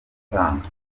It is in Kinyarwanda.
gutanga